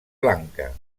blanca